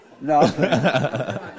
No